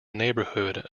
neighbourhood